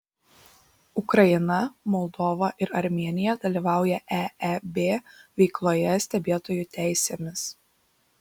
ukraina moldova ir armėnija dalyvauja eeb veikloje stebėtojų teisėmis